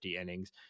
innings